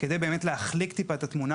כדי להחליק את התמונה,